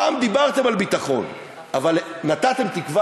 פעם דיברתם על ביטחון אבל נתתם תקווה